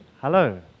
Hello